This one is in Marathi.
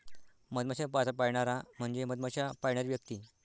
मधमाश्या पाळणारा म्हणजे मधमाश्या पाळणारी व्यक्ती